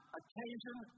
occasion